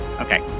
Okay